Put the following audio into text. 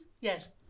Yes